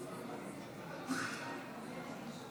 אני קובע שהחלטת הממשלה בהתאם לסעיף 31(ב) לחוק-יסוד: הממשלה,